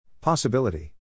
Possibility